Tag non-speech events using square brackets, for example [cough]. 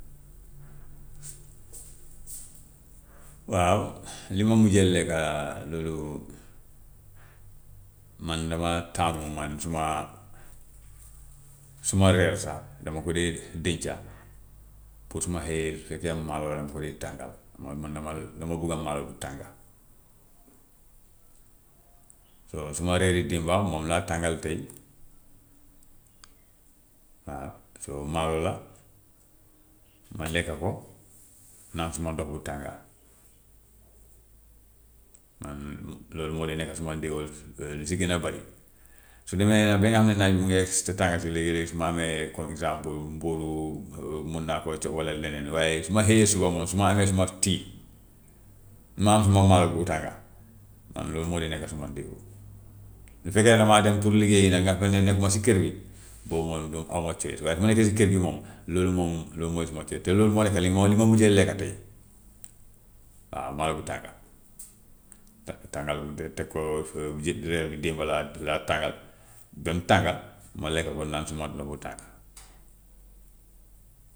[noise] waaw li ma mujjee lekka loolu, man damaa taamu man suma suma reer sax dama ko dee denca pour su ma xëyee su fekkee la dama ko dee tàngal, xam nga man dama dama bugg maalo bu tànga. So suma reeri démba moom laa tàngal tey, waaw so maalo la, ma [noise] lekk ko, naan suma ndox bu tànga, man loolu moo dee nekka suma ndéwal lu si gën a bari. Su demee nag ba nga xam ne naaj mu ngee àgg si te [unintelligible] léegi-léegi su ma amee comme exemple mburu mun naa poñse walla leneen, waaye su ma xëyee suba moom su ma amee suma tea, ma am suma maalo bu tànga, man loolu moo dee nekk suma ndéwo. Bu fekkee ne damaa dem pour liggéeyi nag nga xam ne nekkuma si kër gi, boobu man boobu awuma choice, waaye bu ma nekkee si kër gi moom loolu moom, loolu mooy suma [unintelligible] te loolu moo nekk li ma li ma mujjee lekk tey, waaw maalo bu tànga [noise] tà- tàngal ko te teg ko [hesitation] ji reer bi démb laa laa tàngal ba mu tànga ma lekk ko naan suma ndox bu tàng. [noise]